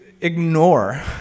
ignore